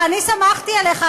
ואני סמכתי עליך,